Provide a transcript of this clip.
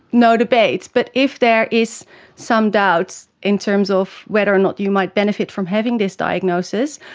no debate. but if there is some doubts in terms of whether or not you might benefit from having this diagnosis,